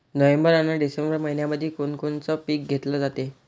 November अन December मइन्यामंधी कोण कोनचं पीक घेतलं जाते?